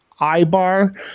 Ibar